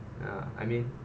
ya I mean